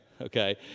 Okay